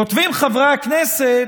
כותבים חברי הכנסת: